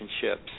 ships